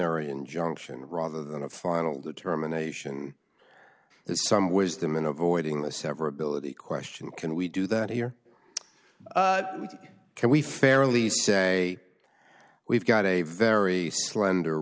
injunction rather than a final determination there's some wisdom in avoiding the severability question can we do that here can we fairly say we've got a very slender